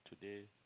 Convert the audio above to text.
today